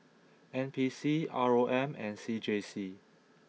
N P C R O M and C J C